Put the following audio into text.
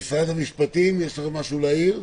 משרד המשפטים, יש לכם משהו להעיר?